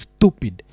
Stupid